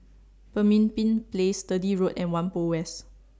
Pemimpin Place Sturdee Road and Whampoa West